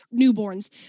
newborns